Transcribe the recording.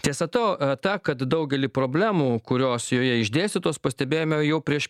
tiesa to ta kad daugelį problemų kurios joje išdėstytos pastebėjome jau prieš